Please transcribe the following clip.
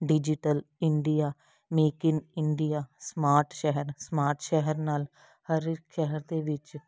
digital India make in India smart ਸ਼ਹਿਰ smart ਸ਼ਹਿਰ ਨਾਲ ਹਰ ਸ਼ਹਿਰ ਦੇ ਵਿੱਚ